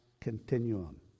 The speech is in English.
Continuum